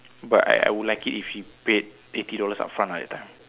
but I I would like it if she paid eighty dollars upfront ah that time